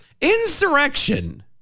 insurrection